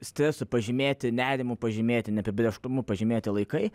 stresu pažymėti nerimu pažymėti neapibrėžtumu pažymėti laikai